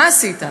מה עשית?